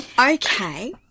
Okay